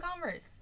Converse